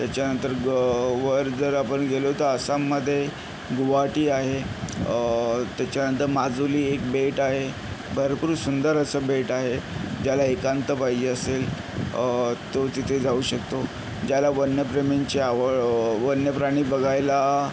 त्याच्यानंतर ग वर जर आपण गेलो तर आसाममध्ये गुवाहाटी आहे त्याच्यानंतर माजोली एक बेट आहे भरपूर सुंदर असं बेट आहे ज्याला एकांत पाहिजे असेल तो तिथे जाऊ शकतो ज्याला वन्यप्रेमींची आवड वन्यप्राणी बघायला